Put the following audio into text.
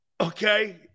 Okay